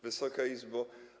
Wysoka Izbo!